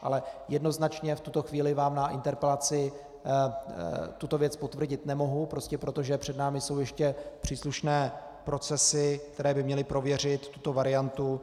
Ale jednoznačně vám v tuto chvíli na interpelaci tuto věc potvrdit nemohu, prostě proto, že před námi jsou ještě příslušné procesy, které by měly prověřit tuto variantu.